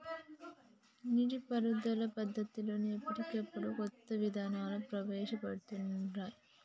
నీటి పారుదల పద్దతులలో ఎప్పటికప్పుడు కొత్త విధానాలను ప్రవేశ పెడుతాన్రు